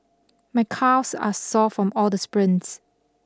my calves are sore from all the sprints